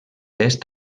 est